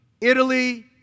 Italy